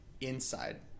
inside